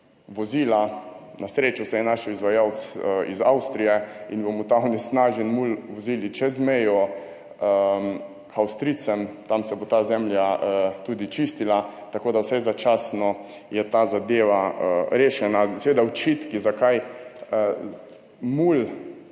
vozila. Na srečo se je našel izvajalec iz Avstrije in bomo ta onesnažen mulj vozili čez mejo k Avstrijcem. Tam se bo ta zemlja tudi čistila, tako da je vsaj začasno ta zadeva rešena. Seveda očitki, zakaj mulj